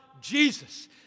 Jesus